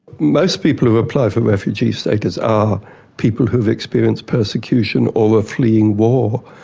most people who apply for refugee status are people who've experienced persecution or are fleeing war,